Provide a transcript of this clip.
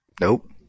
Nope